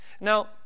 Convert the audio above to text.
now